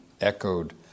echoed